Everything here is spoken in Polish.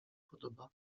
podoba